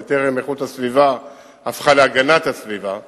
בטרם איכות הסביבה הפכה להגנת הסביבה.